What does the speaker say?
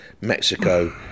Mexico